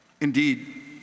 Indeed